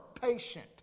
patient